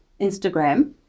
Instagram